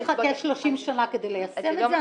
טרור --- אנחנו לא נחכה 30 שנה כדי ליישם את זה,